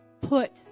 put